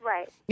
Right